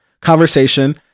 conversation